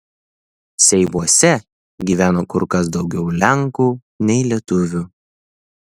seivuose gyveno kur kas daugiau lenkų nei lietuvių